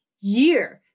year